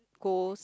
goes